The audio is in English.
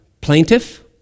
plaintiff